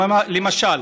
למשל,